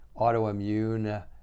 autoimmune